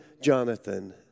Jonathan